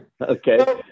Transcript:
Okay